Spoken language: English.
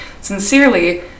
Sincerely